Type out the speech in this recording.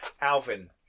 Alvin